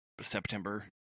September